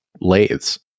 lathe's